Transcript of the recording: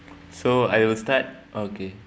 so I will start okay